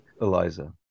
Eliza